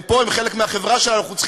הם פה, הם חלק מהחברה שלנו.